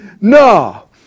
No